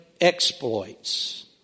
exploits